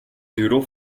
doodle